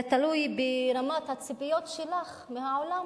זה תלוי ברמת הציפיות שלך מהעולם,